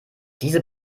diese